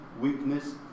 weakness